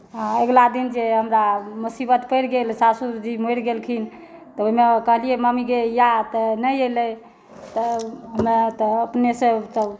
आ अगिला दिन जे हमरा मुसीबत पड़ि गेल ससुर जी मरि गेलखिन तऽ ओहिमे कहलियै मम्मी गे या तऽ नहि अयलै तऽ हमरा तऽ अपने सँ तब